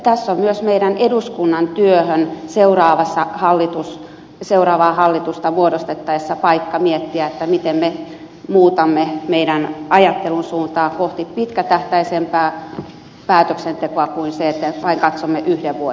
tässä on myös meidän eduskunnan työhön seuraavaa hallitusta muodostettaessa paikka miettiä miten me muutamme meidän ajattelumme suuntaa kohti pitkätähtäimisempää päätöksentekoa kuin sitä että vain katsomme yhden vuoden näkökulmia